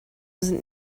sind